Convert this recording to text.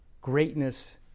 Greatness